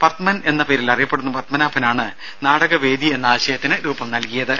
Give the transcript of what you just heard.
പത്മൻ എന്ന പേരിൽ അറിയപ്പെടുന്ന പത്മാനാഭനാണ് നാടക വേദി എന്ന ആശയത്തിന് രൂപം നൽകിയത്